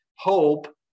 Hope